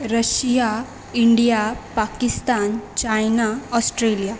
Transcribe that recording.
Russia India Pakistan China Australia